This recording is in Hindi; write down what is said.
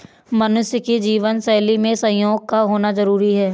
मनुष्य की जीवन शैली में सहयोग का होना जरुरी है